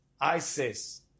ISIS